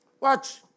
Watch